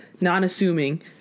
non-assuming